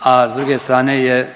a s druge strane je